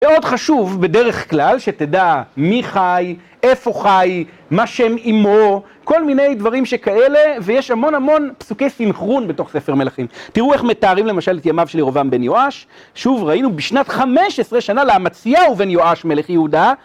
מאוד חשוב בדרך כלל שתדע מי חי, איפה חי, מה שם אמו, כל מיני דברים שכאלה ויש המון המון פסוקי סינכרון בתוך ספר מלאכים. תראו איך מתארים למשל את ימיו של ירובעם בן יואש, שוב, ראינו בשנת חמש עשרה שנה לאמציהו בן יואש מלך יהודה